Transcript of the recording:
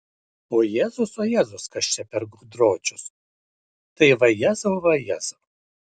o jėzus o jėzus kas čia per gudročius tai vajezau vajezau